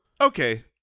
okay